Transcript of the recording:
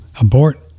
abort